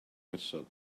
person